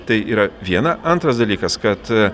tai yra viena antras dalykas kad